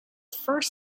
first